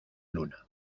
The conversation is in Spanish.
luna